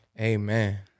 Amen